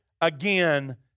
again